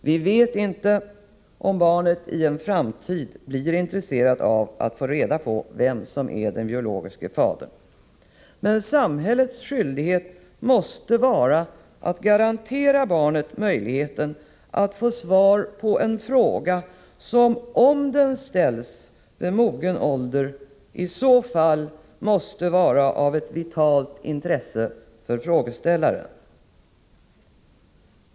Vi vet inte om barnet i en framtid blir intresserat av att få reda på vem som är den biologiske fadern. Men samhällets skyldighet måste vara att garantera barnet möjligheten att få svar på en fråga, som, om den ställs vid mogen ålder, måste vara av vitalt intresse för frågeställaren.